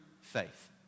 faith